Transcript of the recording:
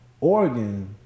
Oregon